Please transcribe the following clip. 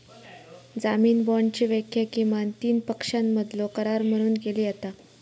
जामीन बाँडची व्याख्या किमान तीन पक्षांमधलो करार म्हणून केली जाता